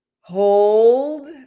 hold